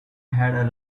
had